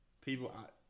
People